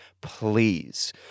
please